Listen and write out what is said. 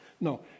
no